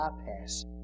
bypass